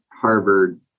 Harvard